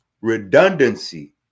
redundancy